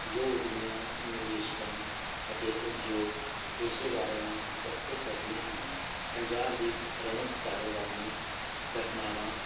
ਜੋ ਉੱਦਮੀਆਂ ਨਿਵੇਸ਼ਕਾਂ ਅਤੇ ਉਦਯੋਗ ਪੇਸ਼ੇਵਾਰਾਂ ਨੂੰ ਇਕੱਠੇ ਕਰਦੀਆਂ ਹਨ ਪੰਜਾਬ ਦੀ ਪ੍ਰਮੁੱਖ ਕਾਰੋਬਾਨੀ ਘਟਨਾਵਾਂ